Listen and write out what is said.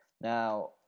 Now